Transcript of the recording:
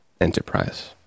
enterprise